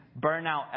burnout